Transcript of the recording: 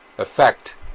effect